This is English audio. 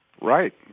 Right